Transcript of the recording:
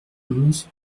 onze